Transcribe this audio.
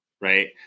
right